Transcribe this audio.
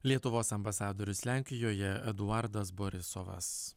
lietuvos ambasadorius lenkijoje eduardas borisovas